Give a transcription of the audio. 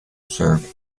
serve